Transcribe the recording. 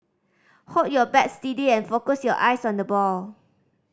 hold your bat steady and focus your eyes on the ball